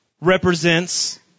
represents